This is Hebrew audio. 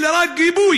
אלא רק גיבוי.